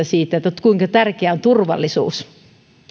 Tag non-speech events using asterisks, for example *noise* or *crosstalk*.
*unintelligible* siitä kuinka tärkeää on turvallisuus